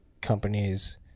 companies